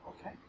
Okay